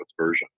version